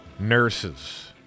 Nurses